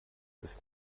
ist